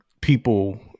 people